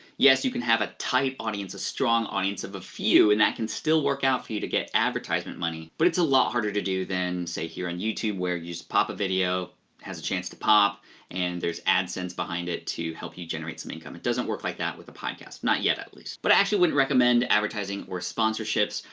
yes, you can have a tight audience, a strong audience of a few, and that can still work out for you to get advertisement money, but it's a lot harder to do than say here on and youtube where you just pop a video, it has a chance to pop and there's adsense behind it to help you generate some income. it doesn't work like that with a podcast. not yet at least. but i actually wouldn't recommend advertising or sponsorships,